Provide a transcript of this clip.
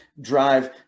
drive